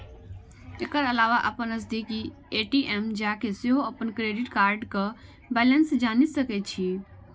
एकर अलावा अपन नजदीकी ए.टी.एम जाके सेहो अपन क्रेडिट कार्डक बैलेंस जानि सकै छी